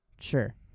sure